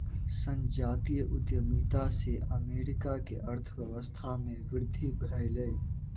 संजातीय उद्यमिता से अमेरिका के अर्थव्यवस्था में वृद्धि भेलै